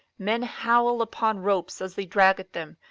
men howl upon ropes as they drag at them.